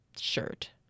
shirt